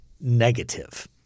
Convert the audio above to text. negative